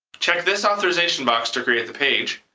check this authorization box to create the page.